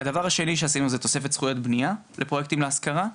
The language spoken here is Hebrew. הדבר השני שעשינו זה תוספת זכויות בניה לפרויקטים להשכרה,